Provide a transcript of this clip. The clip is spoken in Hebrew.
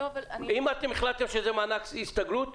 אם החלטתם שזה מענק הסתגלות,